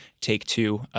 Take-Two